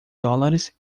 dólares